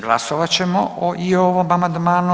Glasovat ćemo i o ovom amandmanu.